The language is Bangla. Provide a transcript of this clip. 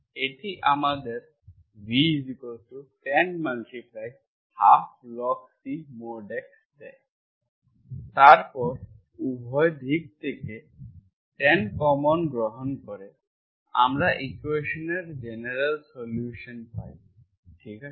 এটা আমাদের vtan 12log C X দেয় তারপর উভয় দিক থেকে tan কমন গ্রহণ করে আমরা ইকুয়েশনের জেনারেল সলিউসান পাই ঠিক আছে